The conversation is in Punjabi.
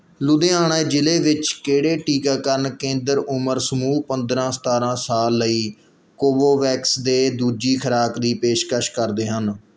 ਲੁਧਿਆਣਾ ਜ਼ਿਲ੍ਹੇ ਵਿੱਚ ਕਿਹੜੇ ਟੀਕਾਕਰਨ ਕੇਂਦਰ ਉਮਰ ਸਮੂਹ ਪੰਦਰਾਂ ਸਤਾਰਾਂ ਸਾਲ ਲਈ ਕੋਵੋਵੈਕਸ ਦੇ ਦੂਜੀ ਖੁਰਾਕ ਦੀ ਪੇਸ਼ਕਸ਼ ਕਰਦੇ ਹਨ